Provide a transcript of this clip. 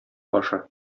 башы